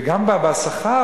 וגם בשכר,